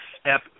step